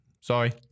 Sorry